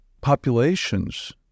populations